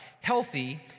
healthy